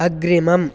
अग्रिमम्